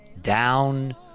down